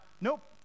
nope